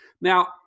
now